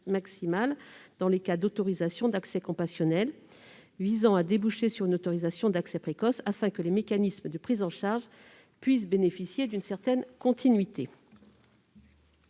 maximale dans les cas d'autorisation d'accès compassionnel visant à déboucher sur une autorisation d'accès précoce, afin que les mécanismes de prise en charge puissent bénéficier d'une certaine continuité.